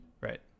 Right